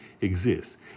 exists